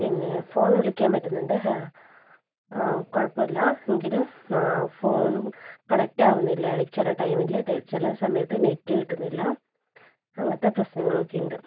പിന്നെ ഫോൺ വിളിക്കാൻ പറ്റുന്നുണ്ട് ആ ആ കുഴപ്പമില്ല എങ്കിലും ഫോൺ കണക്റ്റാവുന്നില്ല ഇടയ്ക്ക് ചില ടൈമില് ചില സമയത്ത് നെറ്റ് കിട്ടുന്നില്ല അങ്ങനത്തെ പ്രശ്നങ്ങളൊക്കെ ഉണ്ട്